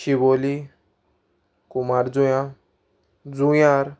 शिवोली कुमारजुंव्यां जुंयार